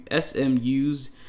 SMU's